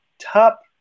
top